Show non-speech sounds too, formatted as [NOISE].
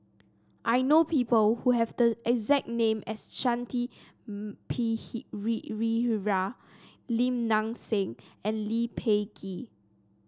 I know people who have the exact name as Shanti [UNINTELLIGIBLE] Lim Nang Seng and Lee Peh Gee